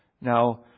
Now